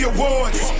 Awards